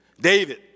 David